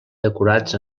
decorats